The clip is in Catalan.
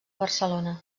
barcelona